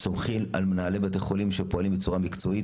סומכים על מנהלי בתי החולים שפועלים בצורה מקצועית